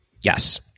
Yes